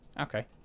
Okay